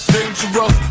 Dangerous